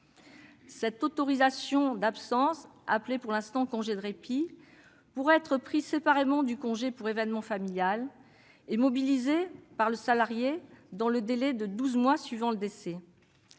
Cette autorisation d'absence, appelée pour l'instant « congé de répit », pourra être prise séparément du congé pour événement familial dans le délai de douze mois suivant le décès.